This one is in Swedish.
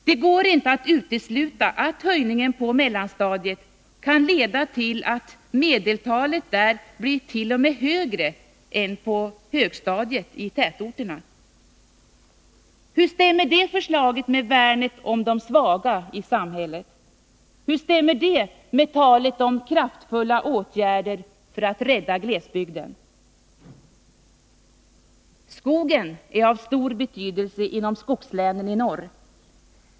Det går inte att utesluta att höjningen på mellanstadiet kan leda till att medeltalet där blir t.o.m. högre än på högstadiet i tätorterna. Hur stämmer dessa förslag med värnet om de svaga i samhället? Hur stämmer det med talet om kraftfulla åtgärder för att rädda glesbygden? Skogen är av stor betydelse inom skogslänen i norr.